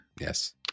yes